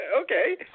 Okay